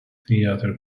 theater